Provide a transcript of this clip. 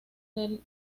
del